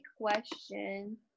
question